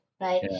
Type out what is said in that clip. right